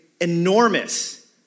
enormous